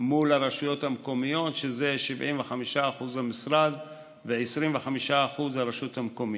מול הרשויות המקומיות זה 75% המשרד ו-25% הרשות המקומית.